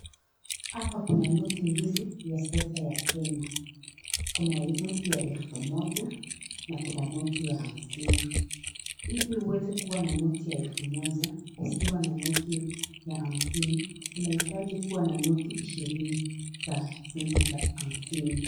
Hapa Kuna noti mbili ya pesa ya Kenya, Kuna noti ya elfu Moja na Kuna noti ya hamsini, Hili uweze kuwa na noti ya elfu Moja ukiwa na noti ya hamsini unahitaji kuwa na noti ishirini za noti za hamsini.